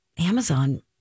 Amazon